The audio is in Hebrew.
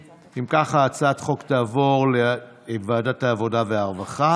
אם כך, הצעת החוק תעבור לוועדת העבודה והרווחה.